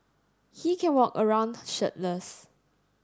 he can walk around shirtless